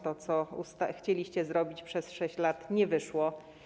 To, co chcieliście zrobić przez 6 lat, nie wyszło.